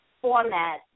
format